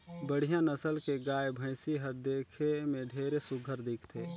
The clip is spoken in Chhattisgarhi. बड़िहा नसल के गाय, भइसी हर देखे में ढेरे सुग्घर दिखथे